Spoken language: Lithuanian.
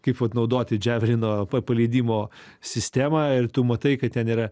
kaip vat naudoti javelino p paleidimo sistemą ir tu matai kad ten yra